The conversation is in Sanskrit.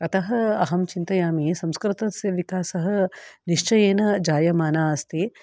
अतः अहं चिन्तयामि संस्कृतस्य विकासः निश्चयेन जायमाना अस्ति